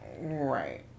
Right